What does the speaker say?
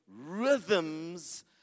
rhythms